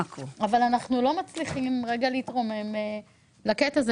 אבל אנחנו לא מצליחים לרגע להתרומם לזה,